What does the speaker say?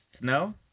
no